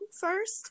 first